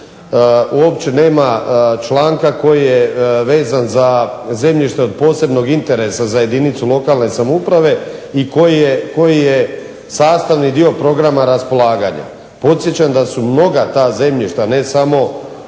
uopće nema članka koji je vezan za zemljište od posebnog interesa za jedinicu lokalne samoupravi koji je sastavni dio programa raspolaganja. Podsjećam da su mnoga ta zemljišta ne samo